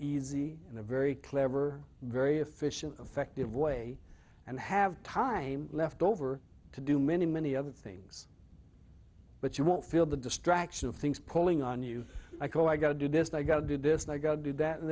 easy in a very clever very efficient effective way and have time left over to do many many other things but you won't feel the distraction of things pulling on you i go i got to do this i got to do this and i go do that and